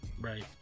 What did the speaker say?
Right